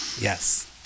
Yes